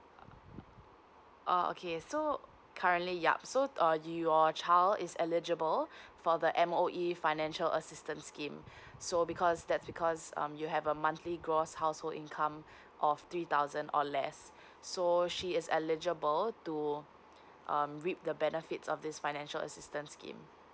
oh okay so currently yup so uh your child is eligible for the M_O_E financial assistance scheme so because that's because um you have a monthly gross household income of three thousand or less so she is eligible to um reap the benefits of this financial assistance scheme